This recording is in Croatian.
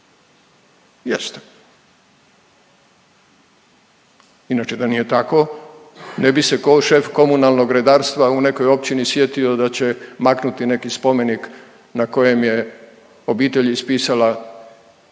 jeste? Inače da nije tako ne bi se šef komunalnog redarstva u nekoj općini sjetio da će maknuti neki spomenik na kojem je obitelj ispisala